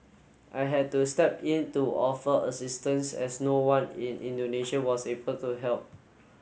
I had to step in to offer assistance as no one in Indonesia was able to help